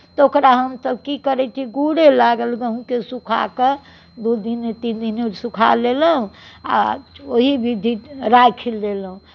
तऽ ओकरा हमसभ की करै छी गूरे लागल गहूँमके सुखा कऽ दू दिने तीन दिने सुखा लेलहुँ आ ओही विधि राखि लेलहुँ